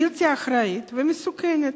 בלתי אחראיות ומסוכנות.